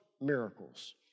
miracles